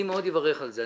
אני מאוד אברך על זה.